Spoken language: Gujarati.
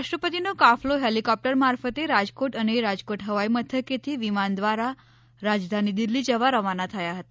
રાષ્ટ્રપતિનો કાફલો હેલિકોપ્ટર મારફતે રાજકોટ અને રાજકોટ હવાઈ મથકેથી વિમાન દ્વારા રાજધાની દિલ્લી જવા રવાના થયા હતા